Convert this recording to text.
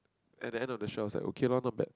and then end of show it's like okay loh not bad